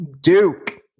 Duke